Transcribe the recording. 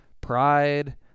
pride